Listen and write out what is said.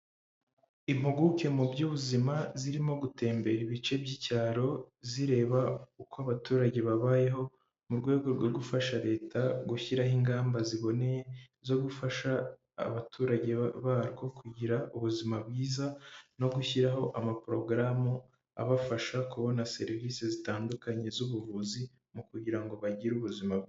Impuguke mu by'ubuzima zirimo gutembera ibice by'icyaro, zireba uko abaturage babayeho, mu rwego rwo gufasha leta gushyiraho ingamba ziboneye zo gufasha abaturage barwo, kugira ubuzima bwiza no gushyiraho ama porogaramu abafasha kubona serivisi zitandukanye z'ubuvuzi, mu kugira ngo bagire ubuzima.